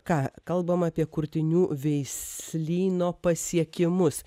ką kalbam apie kurtinių veislyno pasiekimus